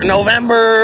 November